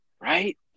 Right